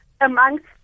amongst